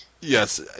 yes